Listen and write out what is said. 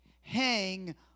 hang